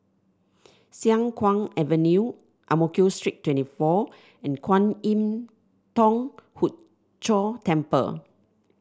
Siang Kuang Avenue Ang Mo Kio Street twenty four and Kwan Im Thong Hood Cho Temple